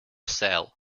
sell